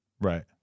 right